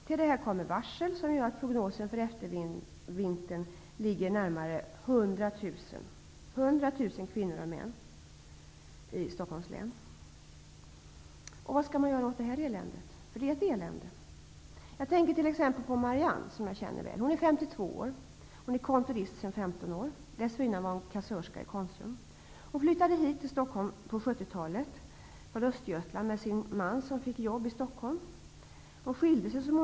Till detta kommer varsel som gör att prognosen för eftervintern visar att närmare 100 000 kvinnor och män i Stockholms län kommer att beröras. Vad skall man göra åt det här eländet -- för det är ett elände? Jag tänker t.ex. på Marianne, som jag känner väl. Hon är 52 år och kontorist sedan 15 år tillbaka. Dessförinnan var hon kassörska i Konsum. Hon flyttade till Stockholm på 70-talet och kom hit från Östergötland tillsammans med sin man, som fick jobb i Stockholm. Så småningom skilde de sig.